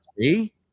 See